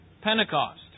Pentecost